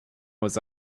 was